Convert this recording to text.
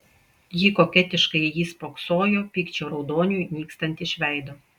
ji koketiškai į jį spoksojo pykčio raudoniui nykstant iš veido